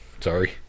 Sorry